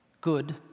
good